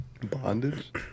Bondage